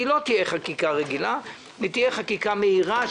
היא לא תהיה חקיקה רגילה אלא היא תהיה חקיקה מהירה.